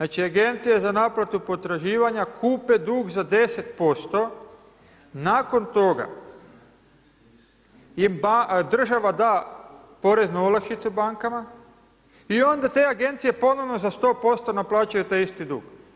Agencije za naplatu potraživanja, kupe dug za 10%, nakon toga im država da porezno olakšicu bankama, i onda te agencije, ponovno za 100% naplaćuje taj isti dug.